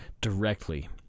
directly